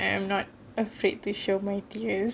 I'm not afraid to show my tears